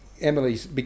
Emily's